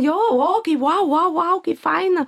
jo o kai vau vau vau kaip faina